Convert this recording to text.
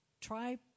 try